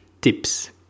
tips